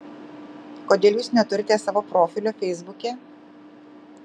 kodėl jūs neturite savo profilio feisbuke